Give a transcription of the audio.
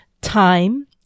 time